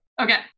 Okay